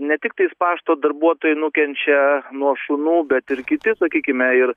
ne tiktais pašto darbuotojai nukenčia nuo šunų bet ir kiti sakykime ir